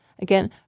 Again